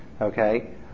okay